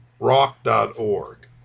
rock.org